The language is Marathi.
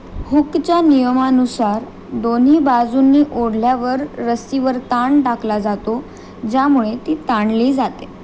हुकच्या नियमानुसार दोन्ही बाजूंनी ओढल्यावर रस्सीवर ताण टाकला जातो ज्यामुळे ती ताणली जाते